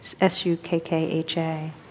S-U-K-K-H-A